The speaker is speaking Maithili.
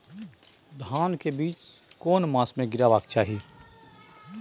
धान के बीज केना मास में गीरावक चाही?